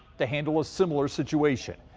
the handle ah similar situation.